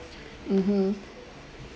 mmhmm